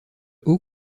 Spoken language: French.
haut